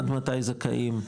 עד מתי זכאים,